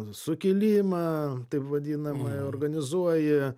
sukilimą taip vadinamai organizuoji